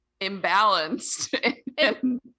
imbalanced